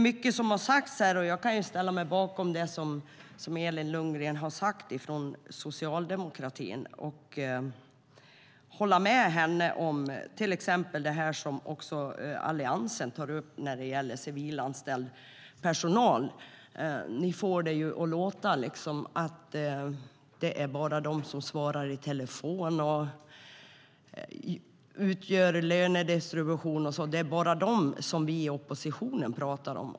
Mycket har sagts här, och jag kan ställa mig bakom det som Elin Lundgren från Socialdemokraterna har sagt och hålla med henne om till exempel det som också Alliansen tar upp när det gäller civilanställd personal. Ni får det att låta som att det bara är dem som svarar i telefon och utför lönedistribution och sådant som vi i oppositionen pratar om.